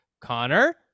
Connor